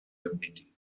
community